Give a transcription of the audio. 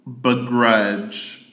begrudge